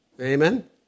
Amen